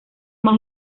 más